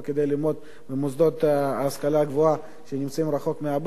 ללמוד במוסדות ההשכלה הגבוהה שנמצאים רחוק מהבית,